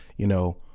you know,